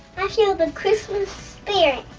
i feel the christmas spirit.